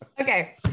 Okay